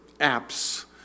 apps